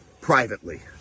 privately